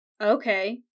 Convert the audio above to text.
Okay